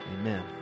Amen